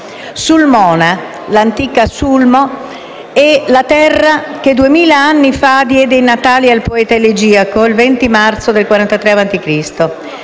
Sulmona, l'antica *Sulmo*, è la terra che duemila anni fa diede i natali al poeta elegiaco, il 20 marzo del 43 a.C..